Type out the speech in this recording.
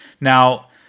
Now